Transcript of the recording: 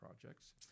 projects